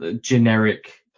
generic